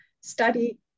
study